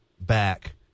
back